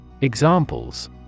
Examples